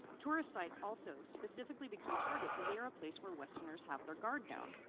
tourist sites also specifically become targets as they are a place where westerners have their guard down,